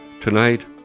Tonight